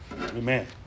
Amen